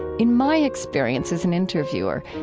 in my experience as an interviewer,